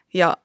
ja